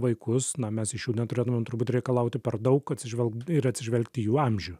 vaikus na mes iš jų neturėtumėm turbūt reikalauti per daug atsižvelg ir atsižvelgt į jų amžių